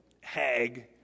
hag